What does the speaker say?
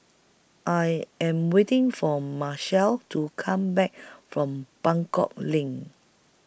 I Am waiting For Macel to Come Back from Buangkok LINK